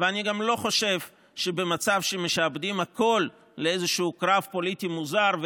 ואני גם לא חושב שמצב שבו משעבדים הכול לאיזשהו קרב פוליטי מוזר,